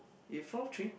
we found three